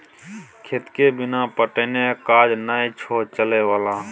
खेतके बिना पटेने काज नै छौ चलय बला